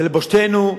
זה לבושתנו,